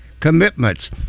commitments